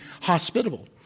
hospitable